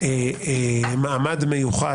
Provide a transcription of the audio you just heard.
היא עומדת במקום מאוד מאוד גבוה.